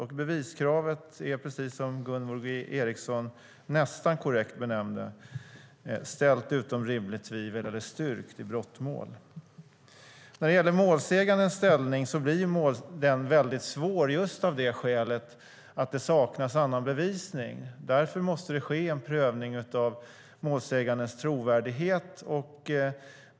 Och beviskravet är, precis som Gunvor G Ericson nästan korrekt benämnde, att det ska vara ställt utom rimligt tvivel eller styrkt i brottmål. Målsägandens ställning blir väldigt svår av just det skälet att det saknas annan bevisning. Därför måste det ske en prövning av målsägandens trovärdighet.